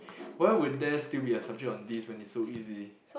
why would there still be a subject on this when it's so easy